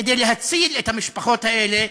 כדי להציל את המשפחות האלה.